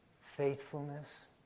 faithfulness